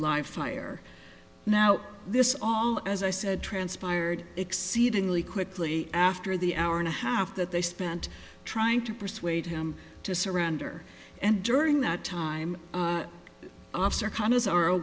live fire now this all as i said transpired exceedingly quickly after the hour and a half that they spent trying to persuade him to surrender and during that time officer con